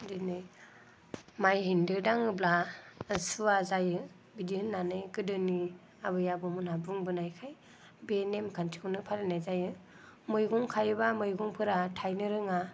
बिदिनो माइ हेन्दो दाङोब्ला सुआ जायो बिदि होननानै गोदोनि आबै आबौ मोनहा बुंबोनायखाय बे नेमखान्थिखौनो फालिनाय जायो मैगं खायोब्ला मैगंफोरा थाइनो रोङा